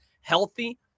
healthy